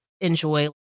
enjoy